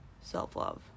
self-love